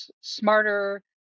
smarter